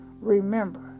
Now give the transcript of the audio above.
remember